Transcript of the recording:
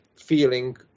feeling